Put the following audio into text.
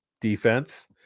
Defense